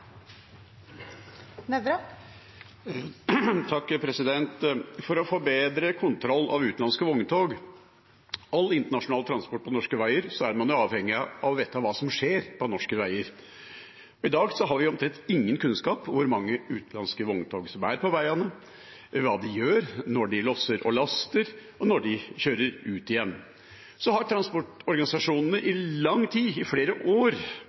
utenlandske vogntog og all internasjonal transport på norske veier er man avhengig av å vite hva som skjer på norske veier. I dag har vi omtrent ingen kunnskap om hvor mange utenlandske vogntog som er på veiene, hva de gjør når de losser og laster, og når de kjører ut igjen. Transportorganisasjonene har i lang tid, i flere år,